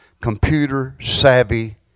computer-savvy